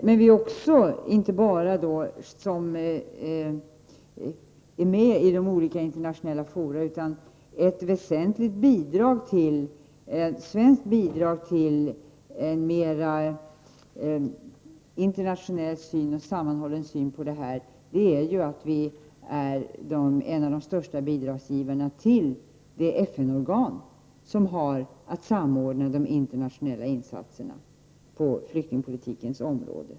Det gäller dock inte bara oss som är med i olika internationella fora. Ett väsentligt svenskt bidrag till en mer internationell och sammanhållen syn på detta är att Sverige är en av de största bidragsgivarna till det FN-organ som har att samordna de internationella insatserna på flyktingpolitikens område.